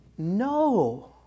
No